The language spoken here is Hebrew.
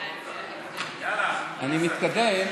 טוב, אני מתקדם.